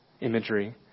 imagery